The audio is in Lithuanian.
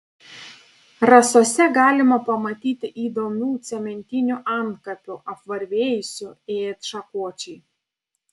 rasose galima pamatyti įdomių cementinių antkapių apvarvėjusių it šakočiai